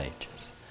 ages